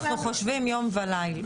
באמת שאנחנו חושבים יום ולילה,